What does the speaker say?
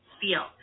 feel